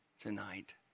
tonight